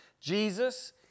Jesus